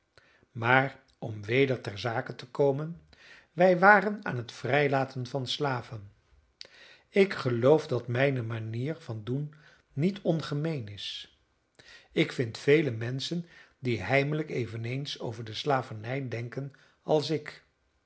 maar om weder ter zake te komen wij waren aan het vrijlaten van slaven ik geloof dat mijne manier van doen niet ongemeen is ik vind vele menschen die heimelijk eveneens over de slavernij denken als ik